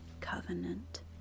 covenant